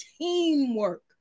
teamwork